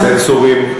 הסנסורים,